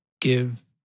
give